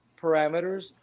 parameters